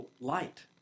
light